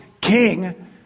king